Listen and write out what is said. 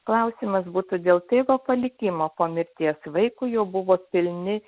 klausimas būtų dėl tėvo palikimo po mirties vaikui jo buvo pilni